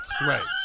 Right